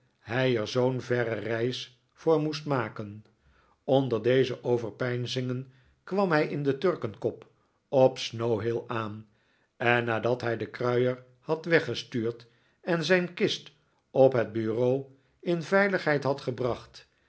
hij er zoo'n verre reis voor moest maken onder deze overpeinzingen kwam hij in de turkenkop op snowhill aan en nadat hij den kruier had weggestuurd en zijn kist op het bureau in veiligheid had gebracht